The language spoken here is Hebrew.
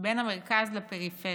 בין המרכז לפריפריה,